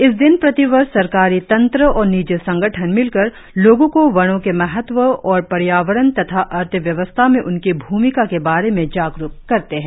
इस दिन प्रतिवर्ष सरकारी तंत्र और निजी संगठन मिलकर लोगों को वनों के महत्व और पर्यावरण तथा अर्थव्यवस्था में उनकी भुमिका के बारे में जागरूक करते हैं